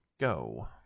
go